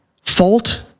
fault